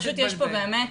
פשוט יש פה באמת.